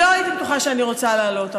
לא הייתי בטוחה שאני רוצה לעלות,